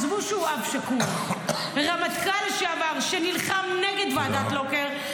ועזבו שהוא אב שכול: רמטכ"ל לשעבר שנלחם נגד ועדת לוקר -- תודה.